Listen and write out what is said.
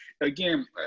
again